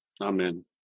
Amen